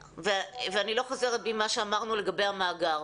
ואני לא חוזרת בי ממה שאמרנו לגבי המאגר.